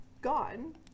gone